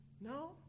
No